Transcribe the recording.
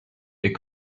est